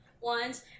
ones